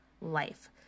life